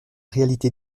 réalité